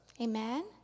Amen